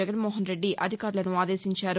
జగన్మోహన్రెడ్డి అధికారులను ఆదేశించారు